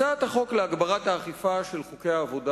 הצעת חוק להגברת האכיפה של דיני העבודה